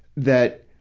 that,